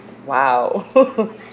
!wow!